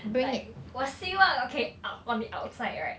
like 我希望 okay out on the outside right